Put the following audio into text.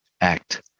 act